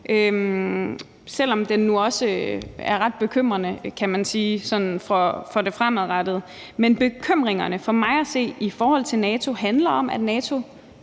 selv om den nu også er ret bekymrende, kan man sige, sådan for det fremadrettede. Men bekymringen for mig at se i forhold til NATO handler om, at NATO